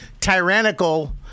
tyrannical